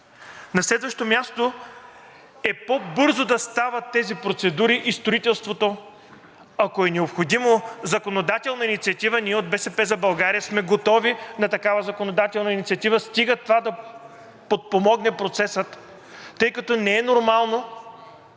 На следващо място е по-бързо да стават тези процедури и строителството. Ако е необходима законодателна инициатива, ние от „БСП за България“ сме готови на такава, стига това да подпомогне процеса, тъй като не е нормално